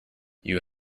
you